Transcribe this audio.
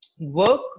work